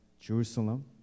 Jerusalem